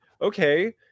okay